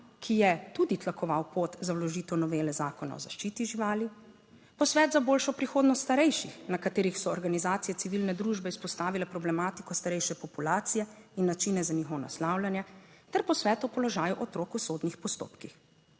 ki je tudi tlakoval pot za vložitev novele Zakona o zaščiti živali; posvet za boljšo prihodnost starejših, na katerih so organizacije civilne družbe izpostavile problematiko starejše populacije in načine za njihovo naslavljanje ter posvet o položaju otrok v sodnih postopkih.